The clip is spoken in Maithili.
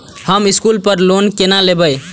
हम स्कूल पर लोन केना लैब?